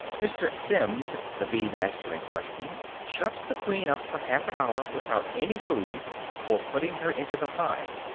mr. simmins, the bee-master in question, shuts the queen up for half an hour without any food before putting her into the hive.